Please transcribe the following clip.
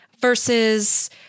versus